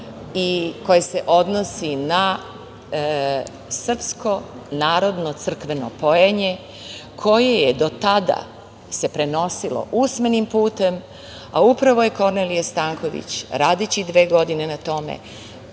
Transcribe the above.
koje se odnosi na srpsko narodno crkveno pojenje koje se do tada prenosilo usmenim putem, a upravo je Kornelije Stanković, radeći dve godine na tome,